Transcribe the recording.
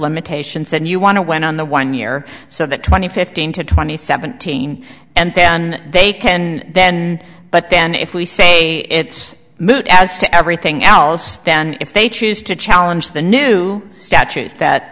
limitations then you want to went on the one year so that twenty fifteen to twenty seventeen and then they can then but then if we say it's moot as to everything else then if they choose to challenge the new statute that